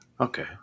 Okay